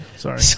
Sorry